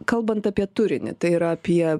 kalbant apie turinį tai yra apie